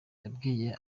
yabwiye